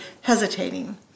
hesitating